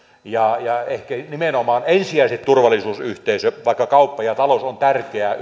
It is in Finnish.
ja ehkä nimenomaan ensisijaisesti turvallisuusyhteisö vaikka kauppa ja talous on tärkeää